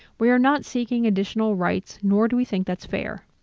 we are not seeking additional rights, nor do we think that's fair.